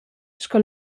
sco